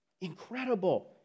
Incredible